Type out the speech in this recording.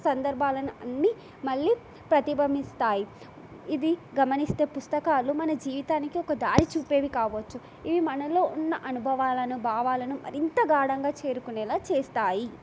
సందర్భాలను అన్నీ మళ్ళీ ప్రతిబింబిస్తాయి ఇది గమనిస్తే పుస్తకాలు మన జీవితానికి ఒక దారి చూపేవి కావచ్చు ఇవి మనలో ఉన్న అనుభవాలను భావాలను మరింత గాఢంగా చేరుకునేలా చేస్తాయి